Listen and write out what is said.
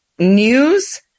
News